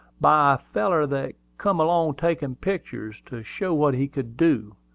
by a feller that come along taking picters, to show what he could do.